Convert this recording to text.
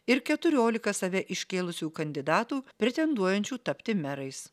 ir keturiolika save iškėlusių kandidatų pretenduojančių tapti merais